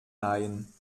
leihen